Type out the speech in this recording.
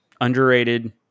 underrated